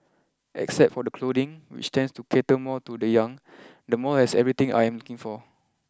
except for the clothing which tends to cater more to the young the mall has everything I am looking for